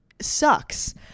sucks